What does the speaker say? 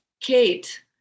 Kate